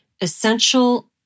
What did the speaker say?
essential